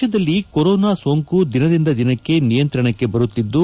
ದೇಶದಲ್ಲಿ ಕೊರೋನಾ ಸೋಂಕು ದಿನದಿಂದ ದಿನಕ್ಕೆ ನಿಯಂತ್ರಣಕ್ಕೆ ಬರುತ್ತಿದ್ಲು